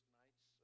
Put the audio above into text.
nights